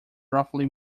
roughly